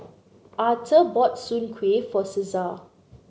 Aurthur bought Soon Kuih for Caesar